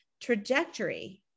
trajectory